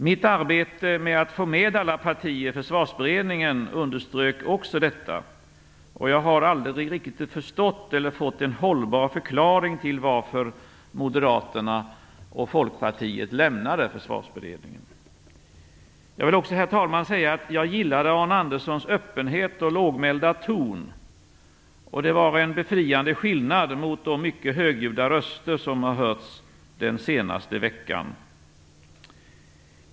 Mitt arbete med att få med alla partier i Försvarsberedningen underströk också detta, och jag har aldrig riktigt förstått eller fått en hållbar förklaring till varför Jag vill också, herr talman, säga att jag gillade Arne Anderssons öppenhet och lågmälda ton. Det var en befriande skillnad mot de mycket högljudda röster som har hörts under den senaste veckan.